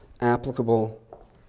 applicable